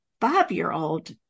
five-year-old